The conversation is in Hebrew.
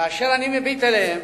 כאשר אני מביט אליהם,